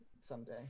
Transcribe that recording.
someday